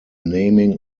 naming